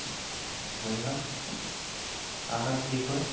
ؤنِو حظ اَہن حظ ٹھیٖک پٲٹھۍ